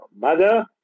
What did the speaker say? mother